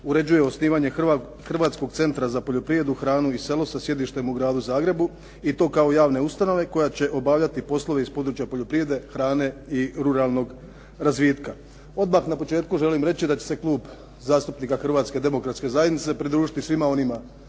uređuje osnivanje Hrvatskog centra za poljoprivredu, hranu i selo sa sjedištem u Gradu Zagrebu i to kao javne ustanove koja će obavljati poslove iz područja poljoprivrede, hrane i ruralnog razvitka. Odmah na početku želim reći da će se Klub zastupnika Hrvatske demokratske zajednice pridružiti svima onima